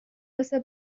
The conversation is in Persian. واسه